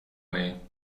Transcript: way